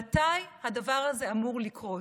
מתי הדבר הזה אמור לקרות?